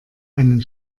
einen